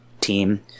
team